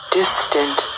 distant